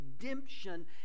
redemption